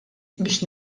biex